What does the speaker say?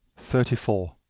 thirty four.